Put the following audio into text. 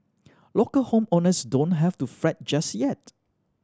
local home owners don't have to fret just yet